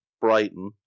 Brighton